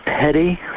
petty